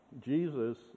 Jesus